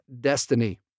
destiny